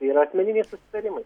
yra asmeniniai susitarimai